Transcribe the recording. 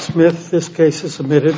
smith this case was submitted